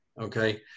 okay